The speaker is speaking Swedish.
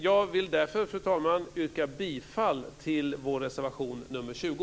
Jag vill därför, fru talman, yrka bifall till vår reservation nr 20.